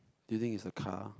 do you think is a car